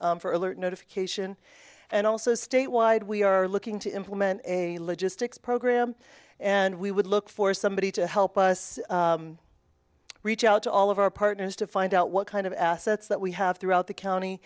for alert notification and also state wide we are looking to implement a logistics program and we would look for somebody to help us reach out to all of our partners to find out what kind of assets that we have throughout the county